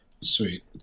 sweet